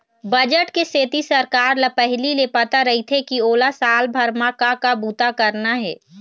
budget के सेती सरकार ल पहिली ले पता रहिथे के ओला साल भर म का का बूता करना हे